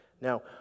Now